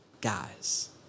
guys